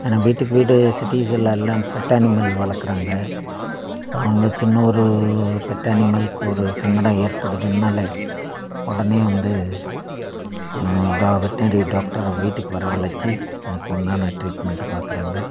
ஏன்னால் வீட்டுக்கு வீடு சிட்டிஸில் எல்லாம் பெட் அனிமல் வளர்க்கறாங்க ஸோ அவங்க சின்ன ஒரு பெட் அனிமலுக்கு ஒரு சங்கடம் ஏற்படுதுன்னாலே உடனே வந்து டா வெட்னரி டாக்டரை வீட்டுக்கு வரவழைச்சி அதுக்குண்டான ட்ரீட்மெண்ட்டு பார்க்கறாங்க